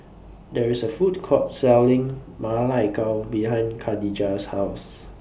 There IS A Food Court Selling Ma Lai Gao behind Kadijah's House